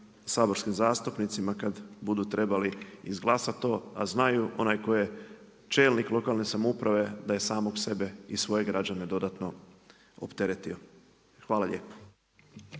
saborskim zastupnicima kada budu trebali izglasati to a znaju, onaj koji je čelnik lokalne samouprave da je samog sebe i svoje građane dodatno opteretio. Hvala lijepo.